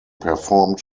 performed